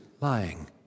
lying